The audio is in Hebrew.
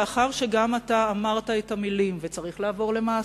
לאחר שגם אתה אמרת את המלים וצריך לעבור למעשים,